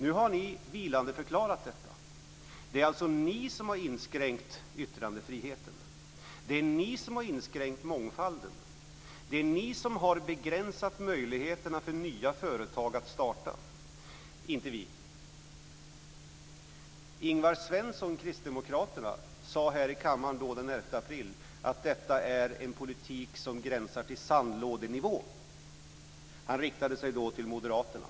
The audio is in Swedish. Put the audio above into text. Nu har ni vilandeförklarat detta. Det är alltså ni som har inskränkt yttrandefriheten. Det är ni som har inskränkt mångfalden. Det är ni som har begränsat möjligheterna för nya företag att starta - inte vi. Ingvar Svensson från Kristdemokraterna sade här i kammaren den 11 april att detta är en politik som ligger på gränsen till sandlådenivå. Han riktade sig då till moderaterna.